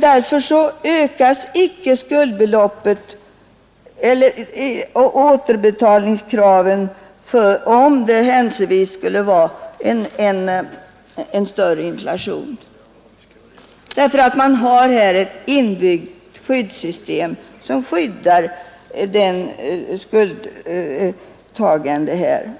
Därför ökas icke skuldbeloppet och återbetalningskraven om det händelsevis skulle bli en större inflation, eftersom man i det här systemet har ett inbyggt skydd för